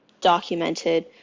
documented